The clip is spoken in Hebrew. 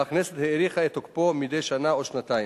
והכנסת האריכה את תוקפה מדי שנה או שנתיים.